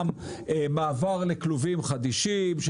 גם מעבר לכלובים חדישים,